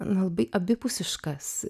labai abipusiškas